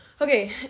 Okay